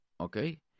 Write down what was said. Okay